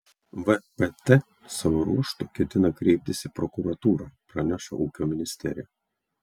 vpt savo ruožtu ketina kreiptis į prokuratūrą praneša ūkio ministerija